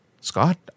Scott